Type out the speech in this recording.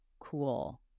cool